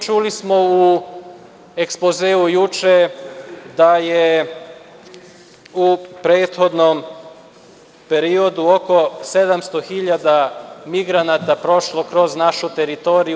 Čuli smo u ekspozeu juče da je u prethodnom periodu oko 700 hiljada migranata prošlo kroz našu teritoriju.